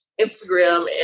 Instagram